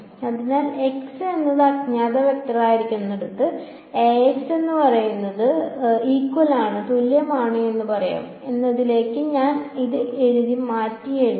അതിനാൽ x എന്നത് അജ്ഞാത വെക്ടറായിരിക്കുന്നിടത്ത് Ax is equal to b എന്ന് പറയാം എന്നതിലേക്ക് ഞാൻ ഇത് മാറ്റിയെഴുതി